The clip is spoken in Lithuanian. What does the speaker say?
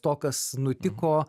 to kas nutiko